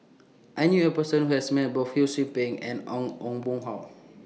I knew A Person Who has Met Both Ho SOU Ping and on Ong Boon Hau